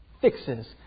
fixes